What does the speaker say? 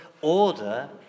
order